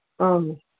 ꯑꯥ